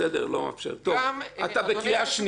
אתה בקריאה שנייה.